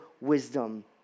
wisdom